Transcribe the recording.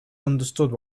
understood